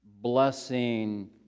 blessing